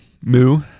moo